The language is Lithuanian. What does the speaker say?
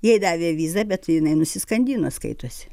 jai davė vizą bet jinai nusiskandino skaitosi